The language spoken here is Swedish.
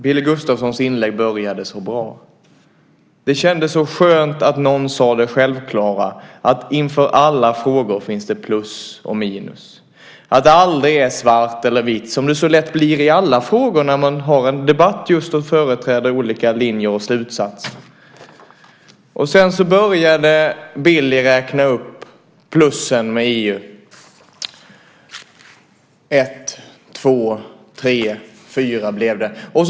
Billy Gustafssons inlägg började så bra. Det kändes så skönt att någon sade det självklara att det inför alla frågor finns plus och minus och att det aldrig är bara svart eller vitt. Det blir lätt så i alla frågor där man har en debatt som företräder olika linjer och slutsatser. Billy började räkna upp plusen med EU. Det blev ett, två, tre och fyra.